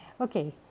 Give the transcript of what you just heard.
Okay